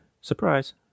surprise